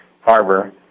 Harbor